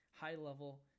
high-level